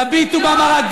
תביטו במראה,